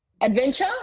adventure